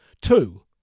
Two